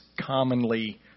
commonly